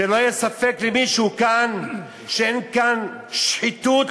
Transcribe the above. שלא יהיה ספק למישהו כאן שאין כאן שחיתות